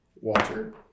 water